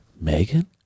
Megan